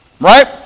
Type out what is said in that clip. Right